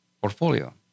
portfolio